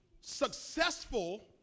successful